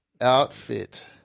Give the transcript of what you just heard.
outfit